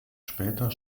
später